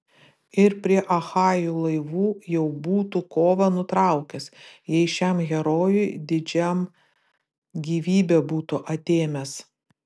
ir prie achajų laivų jau būtų kovą nutraukęs jei šiam herojui didžiam gyvybę būtų atėmęs